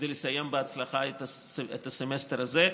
כדי לסיים בהצלחה את הסמסטר הזה.